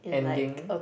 ending